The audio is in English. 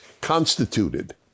constituted